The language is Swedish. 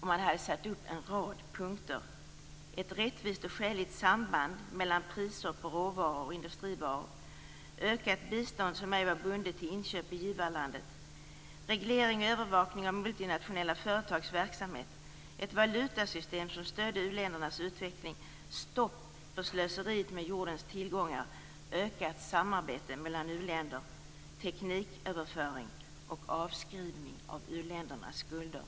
Man hade satt upp en rad punkter: ett rättvist och skäligt samband mellan priser på råvaror och industrivaror, ökat bistånd som ej var bundet till inköp i givarlandet, reglering och övervakning av internationella företags verksamhet, ett valutasystem som stödde u-ländernas utveckling, stopp för slöseriet med jordens tillgångar, ökat samarbete mellan u-länder, tekniköverföring och avskrivning av u-ländernas skulder.